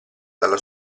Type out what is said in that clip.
dalla